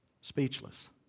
speechless